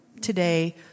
today